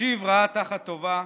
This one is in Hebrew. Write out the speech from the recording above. "משיב רעה תחת טובה,